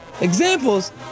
examples